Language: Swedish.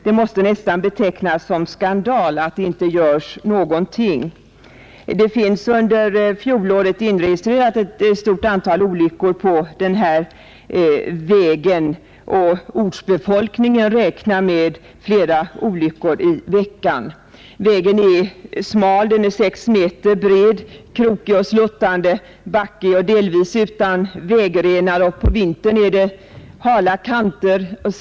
Det måste nästan betecknas som skandal att det inte görs någonting.” Förra året inregistrerades ett stort antal olyckor på den här vägen, och ortsbefolkningen räknar med flera olyckor i veckan. Vägen är bara sex meter bred, den är krokig och sluttande, backig och delvis utan vägrenar. På vintern är kanterna hala.